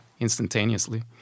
instantaneously